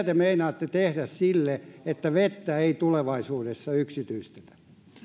te meinaatte tehdä sille että vettä ei tulevaisuudessa yksityistetä